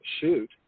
shoot